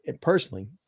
personally